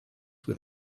with